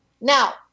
Now